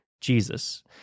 Jesus